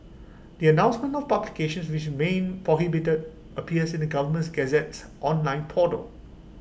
the announcement of publications which remain prohibited appears in the governments Gazette's online portal